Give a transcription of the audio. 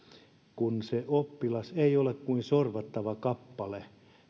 oppilas ei ole kuin sorvattava kappale